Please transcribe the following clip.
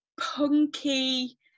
punky